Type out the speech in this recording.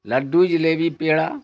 لڈو jalebi پیڑا